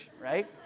right